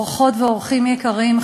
אורחות ואורחים יקרים,